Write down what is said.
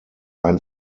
ein